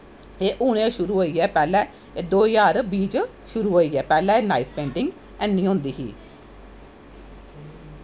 ते हून गै शुरु होई ऐ पैह्लैं दो ज्हार बीह् च शुरु होई ऐ पैह्लैं एह् नेंई होंदी ही